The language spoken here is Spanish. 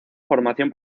formación